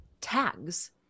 tags